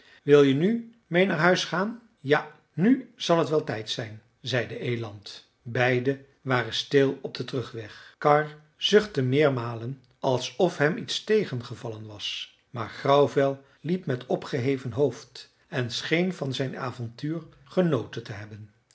wil je nu meê naar huis gaan ja nu zal het wel tijd zijn zei de eland beiden waren stil op den terugweg karr zuchtte meermalen alsof hem iets tegengevallen was maar grauwvel liep met opgeheven hoofd en scheen van zijn avontuur genoten te hebben